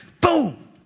Boom